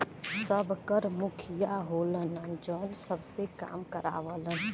सबकर मुखिया होलन जौन सबसे काम करावलन